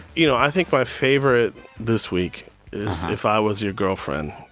you know, i think my favorite this week is if i was your girlfriend.